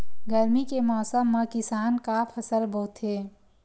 गरमी के मौसम मा किसान का फसल बोथे?